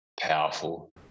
powerful